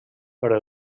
però